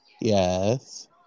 Yes